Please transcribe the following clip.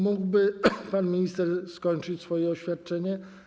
Mógłby pan minister skończyć swoje oświadczenie?